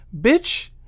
bitch